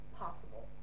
possible